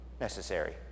necessary